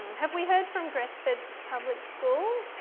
have we heard from gresford public school?